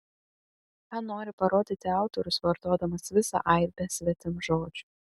ką nori parodyti autorius vartodamas visą aibę svetimžodžių